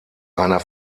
einer